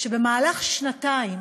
שבמהלך שנתיים